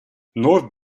noord